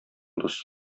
дус